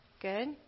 Good